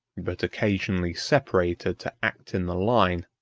but occasionally separated to act in the line,